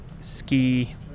ski